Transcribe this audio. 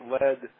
led